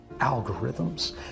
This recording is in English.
algorithms